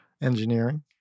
engineering